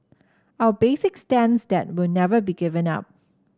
our basic stance that will never be given up